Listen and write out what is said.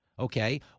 okay